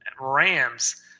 Rams